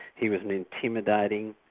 he was an intimidating,